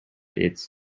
its